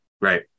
right